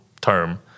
term